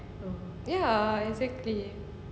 ya exactly